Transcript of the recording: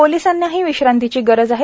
पोलिसांनाही विश्रांतीची गरज आहे